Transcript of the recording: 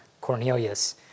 Cornelius